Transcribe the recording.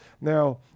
Now